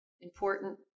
important